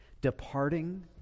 departing